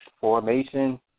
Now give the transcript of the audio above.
formation